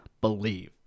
believe